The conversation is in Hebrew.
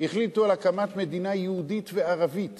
החליטו על מדינה יהודית וערבית